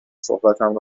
صحبتم